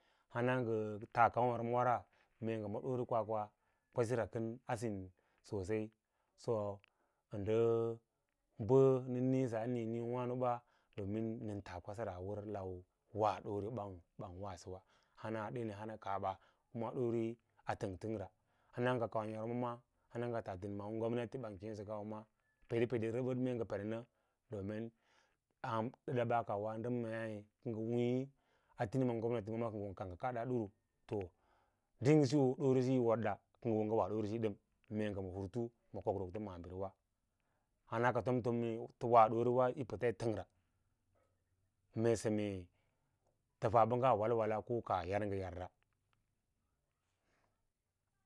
Hana nga tas kau yormawa ra mee nga ms doore kwakwa ksasira kan sosai so anda bana niisa niiyo wan oba domin nan taa kwasira a wuri lau ban wasa doore we wasawa don hana dun hana a kaaba kuna doore a tang tant rah ana nga kau yorma ma hana nga kau yorma ma hana nga tas turims gomnatin ban pevena bas owa dam mei kanga wi a timina gomnatai kam ki nga kan nga kad duru to ding siyo doone siir yi wodda ka nga wo nga wa doore siyi mee nga ma hurta ma korokro, hana ka tomtomni ta wan ga doore way i pats yi pangr mee sem tafa bang walwalla ko kaah your nga tyau rap,